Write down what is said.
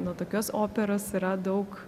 nuo tokios operos yra daug